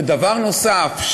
ודבר נוסף,